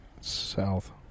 South